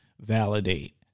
validate